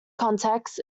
contexts